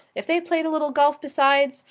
if they played a little golf besides,